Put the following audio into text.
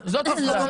לא,